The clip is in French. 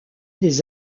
des